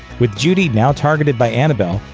with judy now targeted by annabelle,